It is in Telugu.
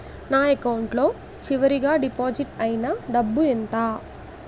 నా అకౌంట్ లో చివరిగా డిపాజిట్ ఐనా డబ్బు ఎంత?